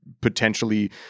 potentially